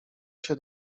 się